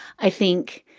i think,